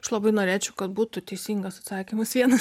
aš labai norėčiau kad būtų teisingas atsakymas vienas